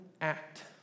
act